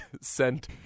sent